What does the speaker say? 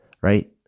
right